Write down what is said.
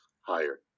higher